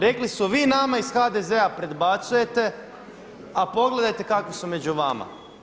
Rekli su vi nama iz HDZ-a predbacujete, a pogledajte kakvi su među vama.